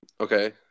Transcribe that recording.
Okay